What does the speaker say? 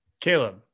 Caleb